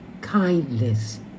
kindness